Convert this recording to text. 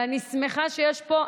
ואני שמחה שיש פה,